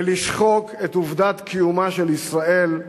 ולשחוק את עובדת קיומה של ישראל,